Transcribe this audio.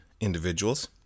individuals